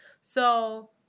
So-